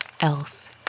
else